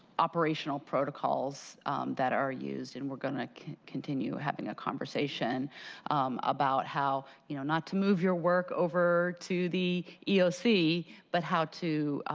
operational protocols that are used and we're going to continue having a conversation about how you know not to move your work over to the yeah ah elc, but how to